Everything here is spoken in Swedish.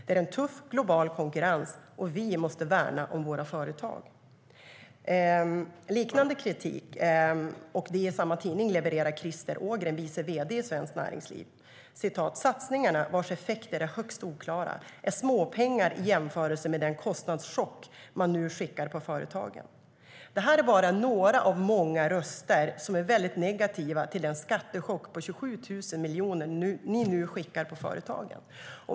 Det är en tuff global konkurrens, och vi måste värna om våra företag. Det här är bara några av många röster som är negativa till den skattechock på 27 000 miljoner ni skickar på företagen.